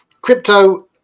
crypto